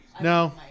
No